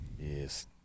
Yes